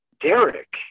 Derek